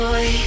Boy